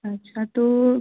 अच्छा तो